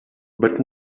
but